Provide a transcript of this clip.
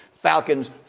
Falcons